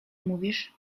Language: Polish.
mówisz